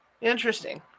interesting